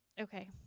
Okay